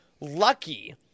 lucky